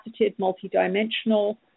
multidimensional